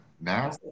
now